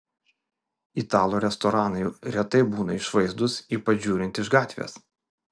italų restoranai retai būna išvaizdūs ypač žiūrint iš gatvės